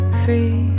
free